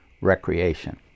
recreation